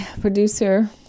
producer